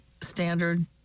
standard